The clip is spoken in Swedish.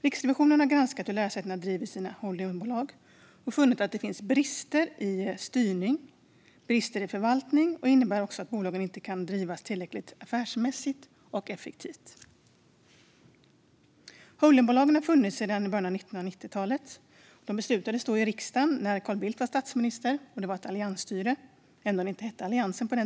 Riksrevisionen har granskat hur lärosätena driver sina holdingbolag och funnit att brister i styrning och förvaltning innebär att bolagen inte drivs tillräckligt affärsmässigt och effektivt. Holdingbolag har funnits sedan i början av 1990-talet. Beslutet togs i riksdagen när Carl Bildt var statsminister och vi hade alliansstyre - även om det inte hette Alliansen då.